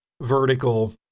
vertical